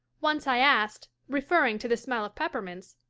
once i asked, referring to the smell of peppermints,